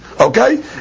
okay